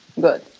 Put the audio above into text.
Good